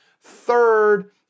third